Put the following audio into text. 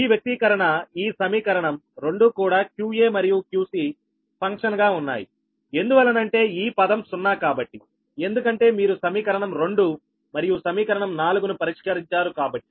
ఈ వ్యక్తీకరణ ఈ సమీకరణం రెండు కూడా qa మరియు qcఫంక్షన్ గా ఉన్నాయి ఎందువలనంటే ఈ పదం 0 కాబట్టి ఎందుకంటే మీరు సమీకరణం 2 మరియు సమీకరణం 4 ను పరిష్కరించారు కాబట్టి